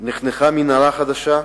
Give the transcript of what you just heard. נחנכה מנהרה חדשה,